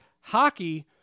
hockey